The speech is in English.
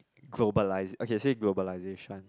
globalisa~ okay say globalisation